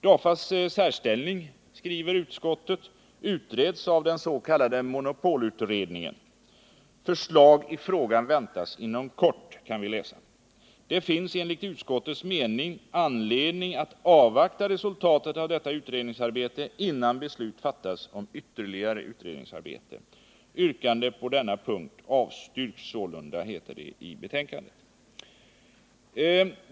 DAFA:s särställning, skriver utskottet, utreds av den s.k. monopolutredningen. Förslag i frågan väntas inom kort, kan vi läsa. Det finns enligt utskottets mening anledning att avvakta resultatet av detta utredningsarbete innan beslut fattas om ytterligare utredningsarbete. Yrkandet på denna punkt avstyrks sålunda, heter det i betänkandet.